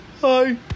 Hi